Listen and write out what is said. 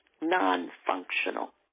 non-functional